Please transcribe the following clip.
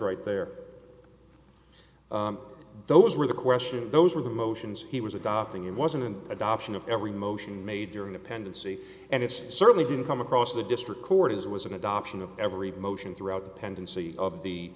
right there those were the questions those were the motions he was adopting it wasn't an adoption of every motion made during the pendency and it's certainly didn't come across of the district court as it was an adoption of every motion throughout the pendency of the